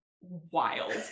wild